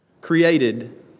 Created